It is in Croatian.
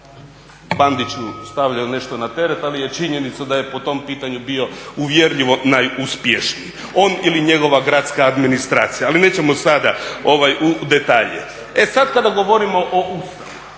Bandiću stavljaju nešto na teret ali je činjenica da je po tom pitanju bio uvjerljivo najuspješniji, on ili njegova gradska administracija. Ali nećemo sada u detalje. E sad, kada govorimo o Ustavu,